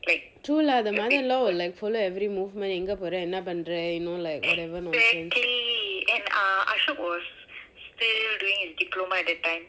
true lah the mother in law will like follow every movement எங்க போற என்னா பண்ற:enga pora ennaa panra you know like whatever nonsense